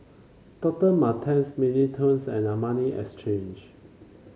Doctor Martens Mini Toons and Armani Exchange